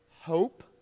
hope